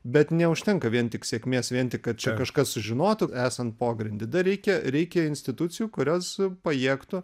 bet neužtenka vien tik sėkmės vien tik kad čia kažkas sužinotų esant pogrindy dar reikia reikia institucijų kurios pajėgtų